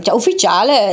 ufficiale